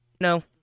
No